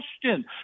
question